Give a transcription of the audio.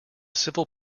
civil